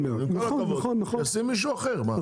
עם כל הכבוד, שישים מישהו אחר.